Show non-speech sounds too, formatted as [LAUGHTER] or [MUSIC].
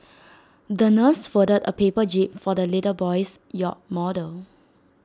[NOISE] the nurse folded A paper jib for the little boy's yacht model